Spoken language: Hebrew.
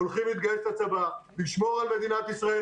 הולכים להתגייס לצבא לשמור על מדינת ישראל.